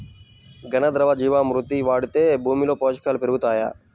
ఘన, ద్రవ జీవా మృతి వాడితే భూమిలో పోషకాలు పెరుగుతాయా?